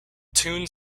tune